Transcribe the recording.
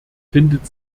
findet